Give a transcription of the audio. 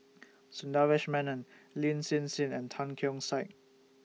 Sundaresh Menon Lin Hsin Hsin and Tan Keong Saik